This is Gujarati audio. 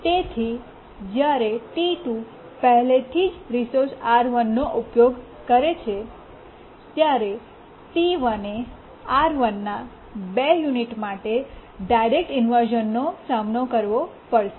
તેથી જ્યારે T2 પહેલાથી જ રિસોર્સ R1 ઉપયોગ કરે છે ત્યારે T1એ R1ના બે યુનિટ માટે ડાયરેક્ટ ઇન્વર્શ઼ન સામનો કરવો પડશે